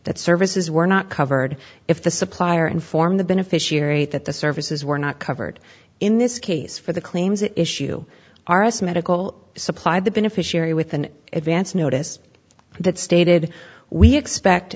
that services were not covered if the supplier informed the beneficiary that the services were not covered in this case for the claims issue r s medical supplied the beneficiary with an advance notice that stated we expect